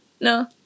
No